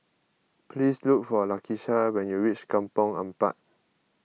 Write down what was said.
please look for Lakisha when you reach Kampong Ampat